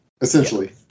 Essentially